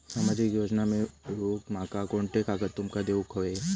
सामाजिक योजना मिलवूक माका कोनते कागद तुमका देऊक व्हये?